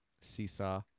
Seesaw